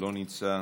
לא נמצא.